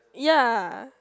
ya